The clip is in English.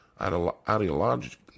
ideological